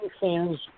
fans